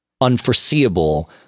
unforeseeable